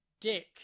dick